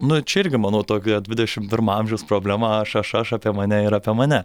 nu čia irgi manau tokia dvidešimt pirmo amžiaus problema aš aš aš apie mane ir apie mane